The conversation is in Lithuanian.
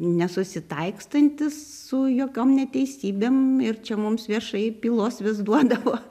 nesusitaikstantis su jokiom neteisybėm ir čia mums viešai pylos vis duodavo